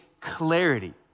clarity